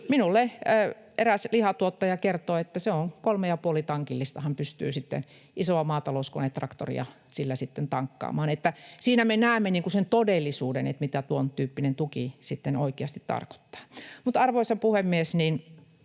Minulle eräs lihantuottaja kertoi, että kolme ja puoli tankillista hän pystyi sitten isoa maatalouskonetraktoria sillä tankkaamaan. Siinä näemme sen todellisuuden, mitä tuontyyppinen tuki sitten oikeasti tarkoittaa. — Arvoisa puhemies,